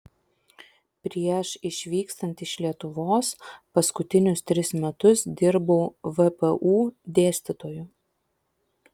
prieš išvykstant iš lietuvos paskutinius tris metus dirbau vpu dėstytoju